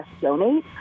donate